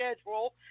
schedule